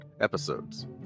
episodes